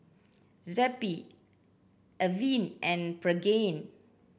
Zappy Avene and Pregain